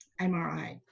MRI